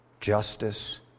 justice